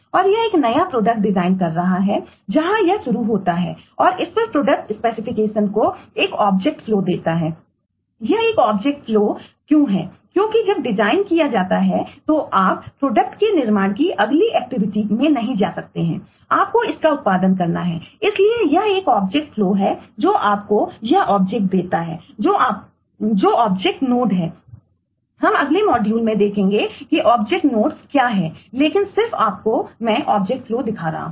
और यह एक नया प्रोडक्ट दिखा रहा हूं